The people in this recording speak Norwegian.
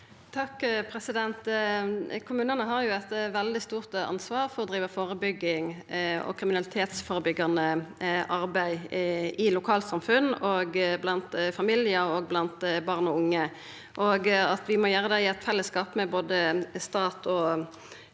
Toppe Kommunane har eit veldig stort ansvar for å driva førebygging og kriminalitetsførebyggjande arbeid i lokalsamfunn, blant familiar og blant barn og unge. Vi må gjera det i eit fellesskap med både stat og kommune,